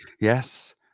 Yes